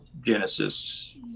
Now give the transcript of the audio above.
Genesis